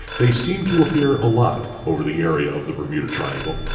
they seem to appear a lot over the area of the bermuda triangle.